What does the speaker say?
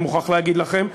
אני מוכרח להגיד לכם,